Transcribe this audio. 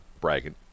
bragging